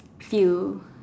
feel